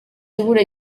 ibura